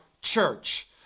church